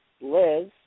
Liz